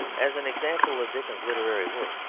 as an example of dickens's literary work,